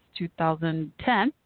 2010